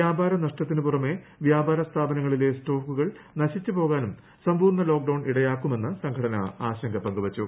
വ്യാപാര നഷ്ടത്തിനു പുറമേ വ്യാപാര സ്ഥാപനങ്ങളിലെ സ്റ്റോക്കു കൾ നശിച്ചു പോകാനും സമ്പൂർണ ലോക്ക്ഡൌൺ ഇടയാക്കുമെന്ന് സംഘടന ആശങ്ക പങ്കുവച്ചു